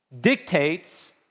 dictates